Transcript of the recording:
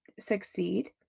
succeed